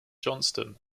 johnstone